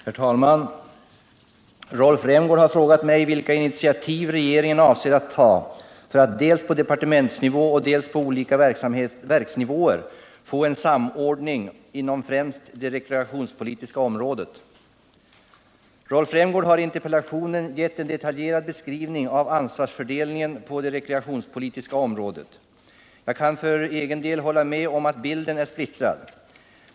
Herr talman! Rolf Rämgård har frågat mig vilka initiativ regeringen avser att ta för att dels på departementsnivå, dels på olika verksnivåer få en samordning inom främst det rekreationspolitiska området. Rolf Rämgård har i interpellationen gett en detaljerad beskrivning av ansvarsfördelningen på det rekreationspolitiska området. Jag kan för egen del hålla med om att bilden är splittrad.